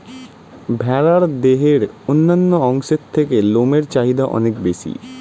ভেড়ার দেহের অন্যান্য অংশের থেকে লোমের চাহিদা অনেক বেশি